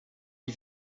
les